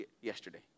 yesterday